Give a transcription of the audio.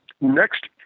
Next